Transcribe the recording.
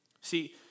See